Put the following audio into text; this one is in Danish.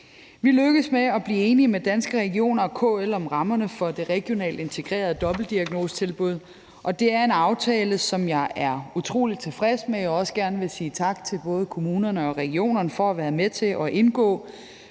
Vi lykkedes med at blive enige med Danske Regioner og KL om rammerne for det regionale integrerede dobbeltdiagnosetilbud, og det er en aftale, som jeg er utrolig tilfreds med, og som jeg også gerne vil sige tak til kommunerne og regionerne for at være med til at indgå.